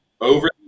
Over